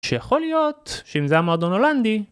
שיכול להיות שאם זה היה מועדון הולנדי